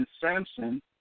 Samson